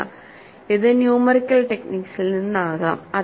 ഇല്ല ഇത് ന്യൂമെറിക്കൽ ടെക്നിക്കിൽ നിന്നാകാം